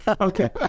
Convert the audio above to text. Okay